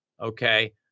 okay